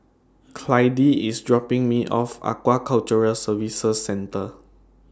Clydie IS dropping Me off At Aquaculture Services Centre